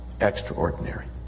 extraordinary